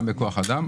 גם בכוח אדם,